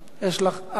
יש לך ארבע דקות.